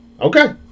Okay